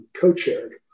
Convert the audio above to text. co-chaired